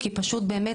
כי פשוט באמת,